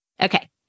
Okay